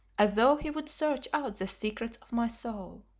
as though he would search out the secrets of my soul.